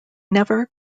never